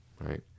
right